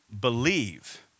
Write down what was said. believe